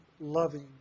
loving